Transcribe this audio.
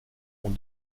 ont